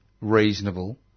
reasonable